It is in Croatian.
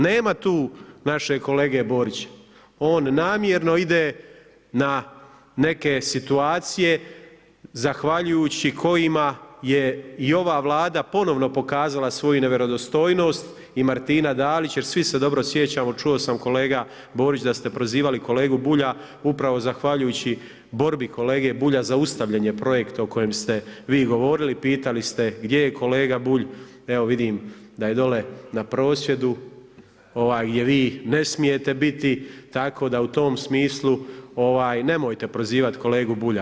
Nema tu našeg kolege Borića, on namjerno ide na neke situacije zahvaljujući kojima je i ova Vlada ponovno pokazala svoju nevjerodostojnost i Martina Dalić jer svi se dobro sjećamo, čuo sam kolega Borić da ste prozivali kolegu Bulja upravo zahvaljujući borbi kolege Bulja zaustavljanje projekta o kojem ste vi govorili, pitali ste gdje je kolega Bulj, evo vidim da je dole na prosvjedu gdje vi ne smijete biti, tako da u tom smislu nemojte prozivati kolegu Bulja.